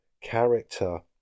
character